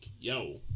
Yo